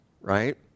right